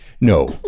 no